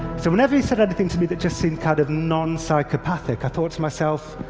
so whenever he said anything to me that just seemed kind of non-psychopathic, i thought to myself,